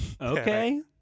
Okay